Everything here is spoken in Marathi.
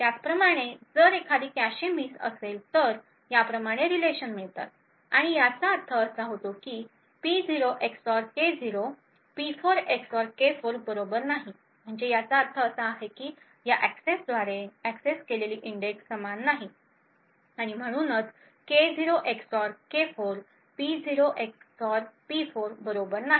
त्याचप्रमाणे जर एखादी कॅशे मिस असेल तर याप्रमाणे रिलेशन मिळतात आणि याचा अर्थ असा होतो की P0 XOR K0 P4 XOR K4 बरोबर नाही म्हणजे याचा अर्थ असा की या एक्सेसद्वारे एक्सेस केलेली इंडेक्स समान नाही आणि म्हणूनच K0 XOR K4 P0 XOR P4 बरोबर नाही